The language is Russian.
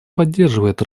поддерживает